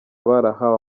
barahawe